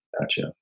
Gotcha